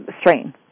strain